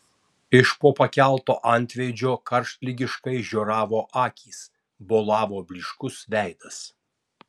iš po pakelto antveidžio karštligiškai žioravo akys bolavo blyškus veidas